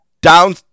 down